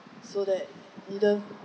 so that either